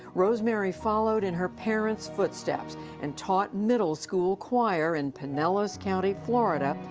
rosemary followed in her parent's footsteps and taught middle school choir in pinellas county, florida,